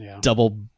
double